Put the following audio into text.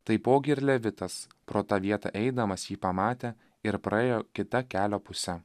taipogi ir levitas pro tą vietą eidamas jį pamatė ir praėjo kita kelio puse